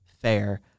fair